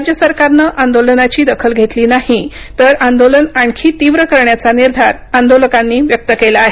राज्य सरकारने आंदोलनाची दखल घेतली नाही तर आंदोलन आणखी तीव्र करण्याचा निर्धार आंदोलकांनी व्यक्त केला आहे